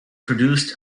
produced